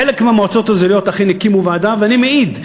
חלק מהמועצות האזוריות אכן הקימו ועדה, ואני מעיד,